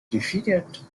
defeated